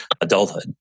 adulthood